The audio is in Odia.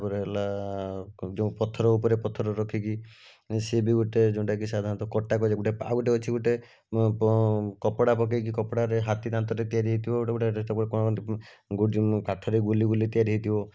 ତା'ପରେ ହେଲା ଯେଉଁ ପଥର ଉପରେ ପଥର ରଖିକି ସିଏ ବି ଗୋଟେ ଯେଉଁଟାକି ସାଧାରଣତଃ କଟା କୁହାଯାଏ ଗୋଟେ ଆଉ ଗୋଟେ ଅଛି ଗୋଟେ କପଡ଼ା ପକାଇକି କପଡ଼ାରେ ହାତୀ ଦାନ୍ତରେ ତିଆରି ହେଇଥିବ ଗୋଟେ ଗୋଟେ କ'ଣ କାଠରେ ଗୁଲି ଗୁଲି ତିଆରି ହେଇଥିବ